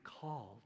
called